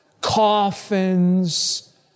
Coffins